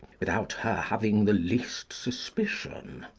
without her having the least suspicion.